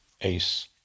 ace